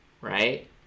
right